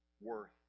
worth